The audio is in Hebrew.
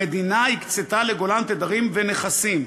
המדינה הקצתה ל"גולן" תדרים ונכסים,